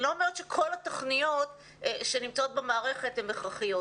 אני לא אומרת שכל התוכניות שנמצאות במערכת הכרחיות,